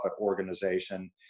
organization